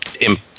imp